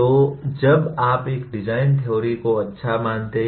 तो जब आप एक डिजाइन थ्योरी को अच्छा मानते हैं